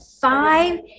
five